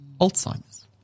Alzheimer's